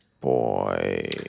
Boy